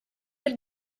del